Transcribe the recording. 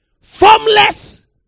formless